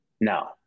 No